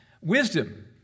Wisdom